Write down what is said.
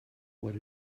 what